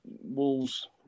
Wolves